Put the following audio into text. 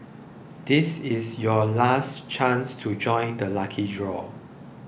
this is your last chance to join the lucky draw